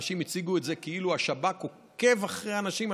אנשים הציגו את זה כאילו השב"כ עוקב אחרי אנשים.